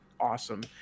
awesome